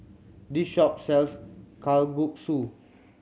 this shop sells Kalguksu